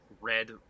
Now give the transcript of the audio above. red